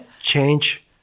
change